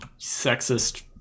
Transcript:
Sexist